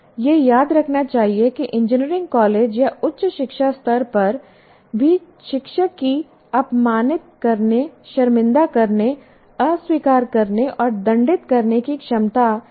यह याद रखना चाहिए कि इंजीनियरिंग कॉलेज या उच्च शिक्षा स्तर पर भी शिक्षक की अपमानित करने शर्मिंदा करने अस्वीकार करने और दंडित करने की क्षमता एक कथित खतरा है